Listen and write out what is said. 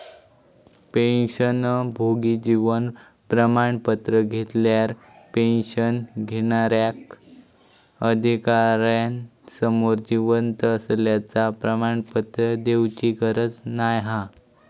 पेंशनभोगी जीवन प्रमाण पत्र घेतल्यार पेंशन घेणार्याक अधिकार्यासमोर जिवंत असल्याचा प्रमाणपत्र देउची गरज नाय हा